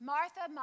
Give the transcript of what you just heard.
Martha